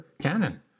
canon